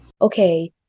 okay